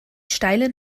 steilen